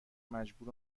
مجبور